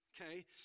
Okay